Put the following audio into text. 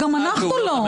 גם אנחנו לא.